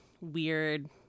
weird